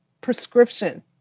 prescription